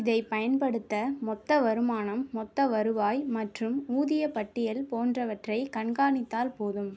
இதைப் பயன்படுத்த மொத்த வருமானம் மொத்த வருவாய் மற்றும் ஊதியப் பட்டியல் போன்றவற்றைக் கண்காணித்தால் போதும்